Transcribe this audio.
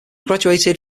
graduated